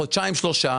חודשיים-שלושה,